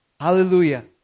Hallelujah